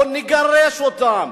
בוא נגרש אותם,